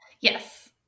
Yes